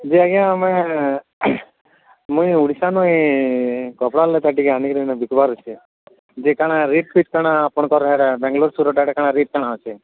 ଯେ ଆଜ୍ଞା ମୁଇଁ ଓଡ଼ିଶା ନେଇଁ କପଡ଼ା ଟିକେ ଆନିକିରିି ବିକବାର ଅଛେ ଯେ କାଣା ରେଟ୍ଫେଟ୍ କାଣା ଆପଣଙ୍କର ବ୍ୟାଙ୍ଗଲୋର ସୁରଟ ଆଡ଼େ କାଣା ରେଟ୍ କାଣା ଅଛେ